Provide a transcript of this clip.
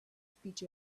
speech